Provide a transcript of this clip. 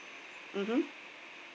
mmhmm